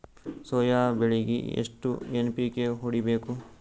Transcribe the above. Soya ಬೆಳಿಗಿ ಎಷ್ಟು NPK ಹೊಡಿಬೇಕು?